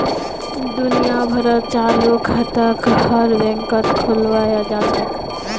दुनिया भरत चालू खाताक हर बैंकत खुलवाया जा छे